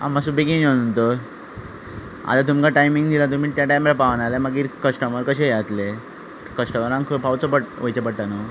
आं मातसो बेगीन यो न्हय तर आतां तुमकां टायमींग दिला तुमी त्या टायमार पावना जाल्यार मागीर कस्टमर कशे हे जातले कस्टमरांक खंय पावचो पडटा वयचे पडटा न्हय